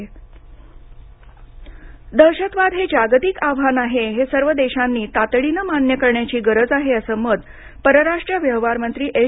जयशंकर जागतिक आव्हानं दहशतवाद हे जागतिक आव्हान आहे हे सर्व देशांनी तातडीनं मान्य करण्याची गरज आहे असं मत परराष्ट्र व्यवहार मंत्री एस